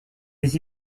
les